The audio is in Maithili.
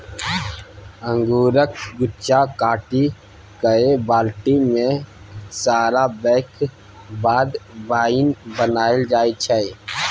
अंगुरक गुच्छा काटि कए बाल्टी मे सराबैक बाद बाइन बनाएल जाइ छै